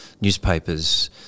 newspapers